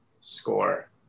Score